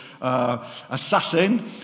assassin